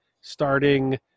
starting